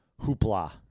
hoopla